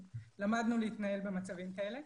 ולמדנו להתנהל במצבים כאלה.